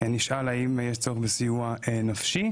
נשאל האם יש צורך בסיוע נפשי.